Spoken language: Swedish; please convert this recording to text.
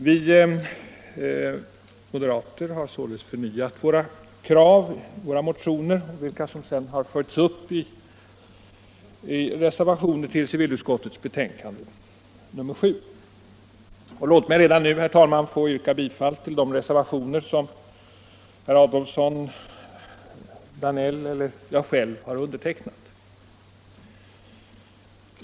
Vi moderater har förnyat våra krav i våra motioner, vilka sedan har följts upp i reservationer till civilutskottets betänkande nr 7. Och låt mig redan nu, herr talman, få yrka bifall till de reservationer där herr Adolfsson, herr Danell eller jag själv står antecknade.